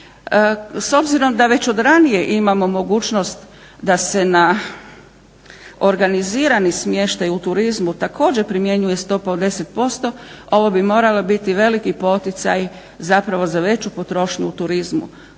S obzirom da već od ranije imamo mogućnost da se na organizirani smještaj u turizmu također primjenjuje stopa od 10% ovo bi moralo biti veliki poticaj zapravo za veću potrošnju u turizmu.